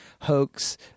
hoax